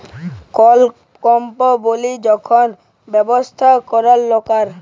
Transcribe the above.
call কম্পলি বলিয়ে যখল ব্যবসা ক্যরে লকরা